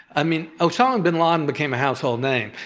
i mean osama bin laden became a household name,